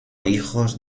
hijos